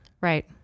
Right